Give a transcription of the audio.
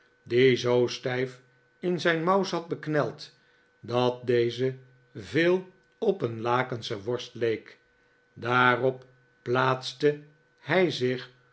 die zoo stijf in zijn mouw zat bekneld dat deze veel op een lakensche worst leek daarop plaatste hij zich